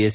S